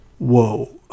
whoa